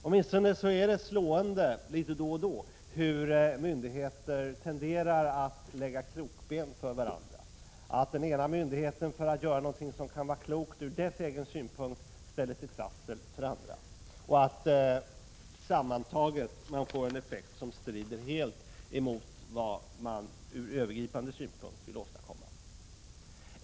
Det är slående hur myndigheter litet då och då tenderar att sätta krokben för varandra, hur en myndighet, för att göra något som kan vara klokt ur dess egen synpunkt, ställer till trassel för andra, och man får sammantaget en effekt som helt strider mot det man ur övergripande synpunkt ville åstadkomma.